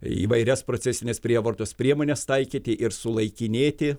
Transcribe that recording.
įvairias procesines prievartos priemones taikyti ir sulaikinėti